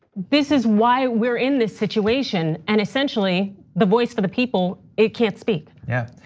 this is why we're in this situation and essentially the voice for the people it can't speak. yeah.